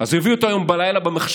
אז הוא יביא אותו היום בלילה במחשכים.